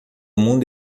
mundo